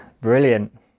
brilliant